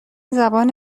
زبان